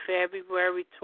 February